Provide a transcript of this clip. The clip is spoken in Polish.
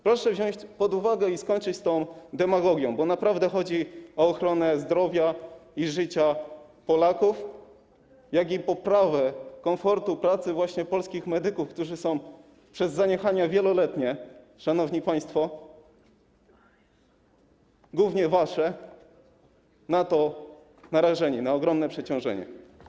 Proszę wziąć to pod uwagę i skończyć z tą demagogią, bo naprawdę chodzi o ochronę zdrowia i życia Polaków, jak i poprawę komfortu pracy właśnie polskich medyków, którzy są przez zaniechania wieloletnie, szanowni państwo, głównie wasze, narażeni na ogromne przeciążenie.